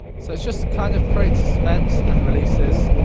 so it's just kind of creating suspense and releases,